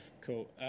cool